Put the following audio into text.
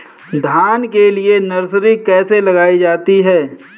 धान के लिए नर्सरी कैसे लगाई जाती है?